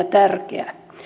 tärkeä